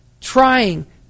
trying